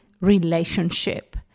relationship